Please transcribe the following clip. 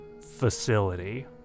facility